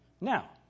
now